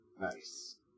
Nice